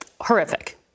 horrific